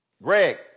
Greg